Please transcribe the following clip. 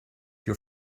your